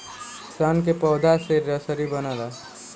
सन के पौधा से रसरी बनला